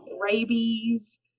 Rabies